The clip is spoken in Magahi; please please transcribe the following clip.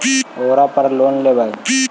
ओरापर लोन लेवै?